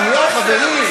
שנייה, חברים.